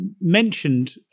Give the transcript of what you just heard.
mentioned